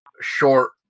short